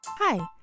Hi